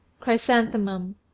chrysanthemum